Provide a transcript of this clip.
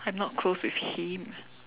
I am not close with him